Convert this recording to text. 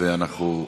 ואנחנו עוברים,